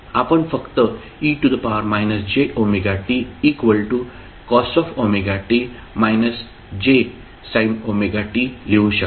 आपण फक्त लिहू शकता